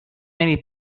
many